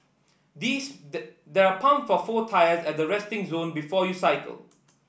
this the there are pump for four tyres at the resting zone before you cycle